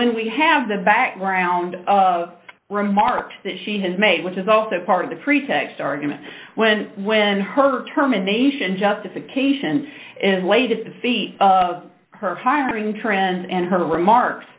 when we have the background of remarks that she has made which is also part of the pretext argument when when her terminations justification and latest to see her hiring trends and her remarks